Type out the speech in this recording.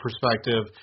perspective